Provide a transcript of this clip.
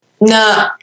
No